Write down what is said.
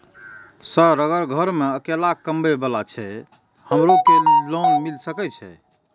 Sir अगर घर में अकेला कमबे वाला छे हमरो के लोन मिल सके छे?